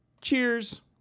Cheers